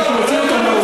אבל ככה הבנתי את דבריך.